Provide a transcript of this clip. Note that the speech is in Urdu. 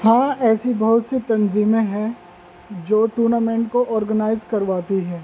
ہاں ایسی بہت سی تنظیمیں ہیں جو ٹورنامنٹ کو آرگنائز کرواتی ہیں